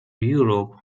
europe